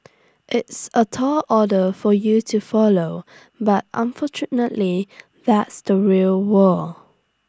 it's A tall order for you to follow but unfortunately that's the real war